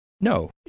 No